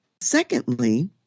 Secondly